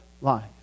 life